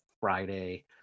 friday